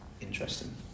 interesting